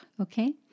Okay